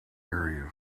area